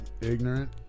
ignorant